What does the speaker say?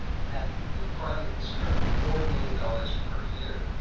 and that requirement is currently four million dollars per year.